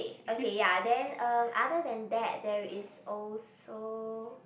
K okay ya then uh other than that there is also